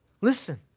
Listen